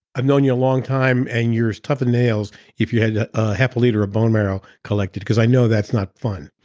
i've known you a long time and you're tougher than nails if you had a half a liter of bone marrow collected because i know that's not fun.